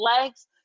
legs